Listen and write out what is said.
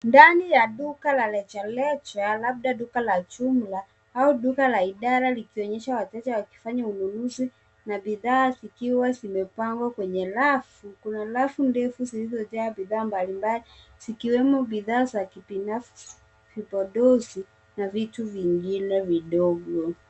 Ndani ya duka la rejareja labda duka la jumla au duka ya idara likionyesha wateja wakifanya ununuzi na bidhaa zikiwa zimepangwa kwenye rafu .Kuna rafu ndefu zilizojaa bidhaa mbalimbali zikiwemo bidhaa za kibinafsi, vipodozi na vitu vingine vidogo.